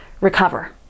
recover